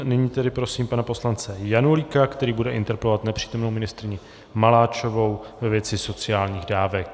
Nyní tedy prosím pana poslance Janulíka, který bude interpelovat nepřítomnou ministryni Maláčovou ve věci sociálních dávek.